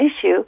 issue